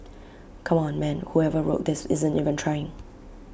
come on man whoever wrote this isn't even trying